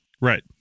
Right